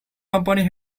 company